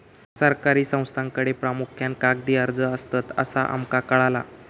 सरकारी संस्थांकडे प्रामुख्यान कागदी अर्ज असतत, असा आमका कळाला